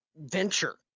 venture